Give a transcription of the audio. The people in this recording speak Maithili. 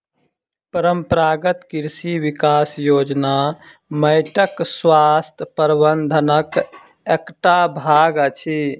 परंपरागत कृषि विकास योजना माइटक स्वास्थ्य प्रबंधनक एकटा भाग अछि